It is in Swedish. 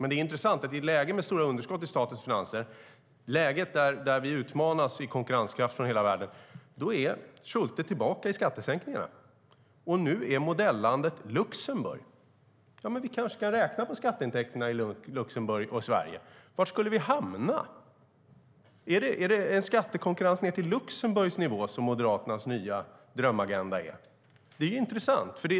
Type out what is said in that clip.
Men det är intressant att i ett läge med stora underskott i statens finanser, då vi utmanas i fråga om konkurrenskraft från hela världen, är Schulte tillbaka i skattesänkningarna. Nu är modellandet Luxemburg. Vi kanske kan räkna på skatteintäkterna i Luxemburg och i Sverige. Var skulle vi hamna? Är det en skattekonkurrens ned till Luxemburgs nivå som är Moderaternas nya drömagenda? Det är intressant.